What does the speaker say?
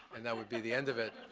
and that would be the end of it.